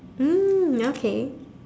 mm okay